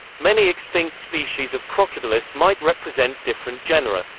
many extinct species of crocodylus might represent different genera.